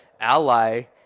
ally